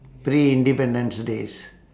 three independence days